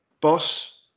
boss